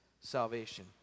salvation